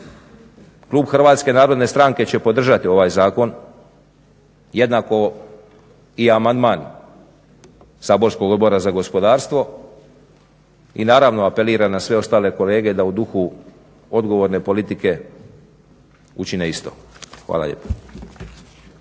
klub HNS-a će podržati ovaj zakon jednako i amandman saborskog Odbora za gospodarstvo i naravno apeliram na sve ostale kolege da u duhu odgovorne politike učine isto. Hvala lijepo.